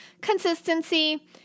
Consistency